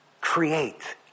Create